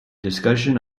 discussion